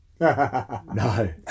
No